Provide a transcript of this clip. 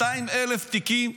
200,000 תיקים,